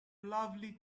lovely